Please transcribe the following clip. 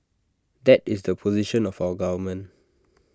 that is the position of our government